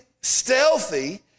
stealthy